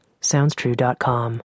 SoundsTrue.com